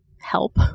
help